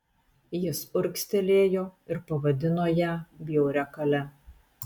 jis urgztelėjo ir pavadino ją bjauria kale